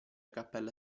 cappella